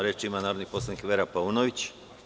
Reč ima narodni poslanik Vera Paunović.